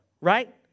right